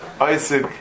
Isaac